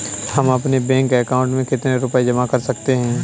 हम अपने bank account में कितने रुपये जमा कर सकते हैं?